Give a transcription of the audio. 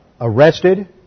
arrested